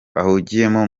ahugiyemo